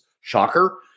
Shocker